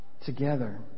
together